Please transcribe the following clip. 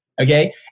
okay